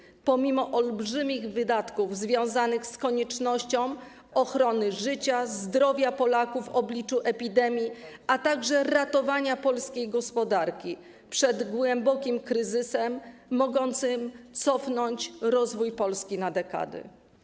Wszystko to pomimo olbrzymich wydatków związanych z koniecznością ochrony życia i zdrowia Polaków w obliczu epidemii, a także ratowania polskiej gospodarki przed głębokim kryzysem mogącym cofnąć rozwój Polski na dekady.